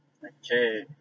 my chair